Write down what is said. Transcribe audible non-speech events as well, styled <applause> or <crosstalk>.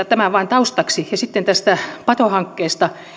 <unintelligible> tämä vain taustaksi sitten tästä patohankkeesta